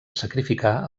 sacrificar